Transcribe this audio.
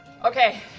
okay.